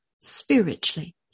spiritually